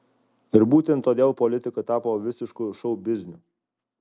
ir būtent todėl politika tapo visišku šou bizniu